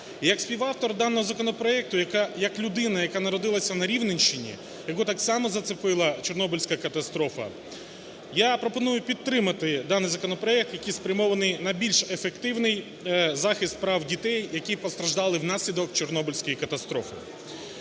Як співавтор даного законопроекту, як людина, яка народилася на Рівненщині, яку так само зачепила Чорнобильська катастрофа, я пропоную підтримати даний законопроект, який спрямований на більш ефективний захист прав дітей, які постраждали внаслідок Чорнобильської катастрофи,